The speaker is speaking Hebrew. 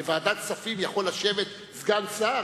בוועדת כספים יכול לשבת סגן שר?